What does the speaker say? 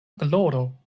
gloro